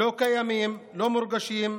לא קיימים, לא מורגשים.